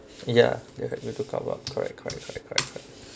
ya ya you had need to cover up correct correct correct correct